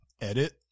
Edit